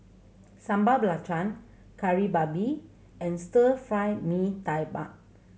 Sambal Belacan Kari Babi and Stir Fry Mee Tai Mak